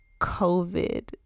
COVID